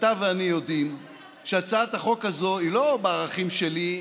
אתה ואני יודעים שהצעת החוק הזאת היא לא בערכים שלי,